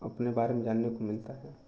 अपने बारे में जानने को मिलता है